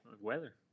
Weather